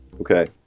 Okay